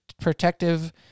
protective